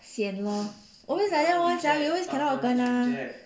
sian lor always like that [one] sia we always cannot kena